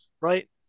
right